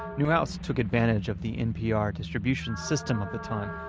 neuhaus took advantage of the npr distribution system of the time,